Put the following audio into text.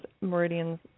meridians